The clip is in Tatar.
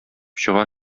чыга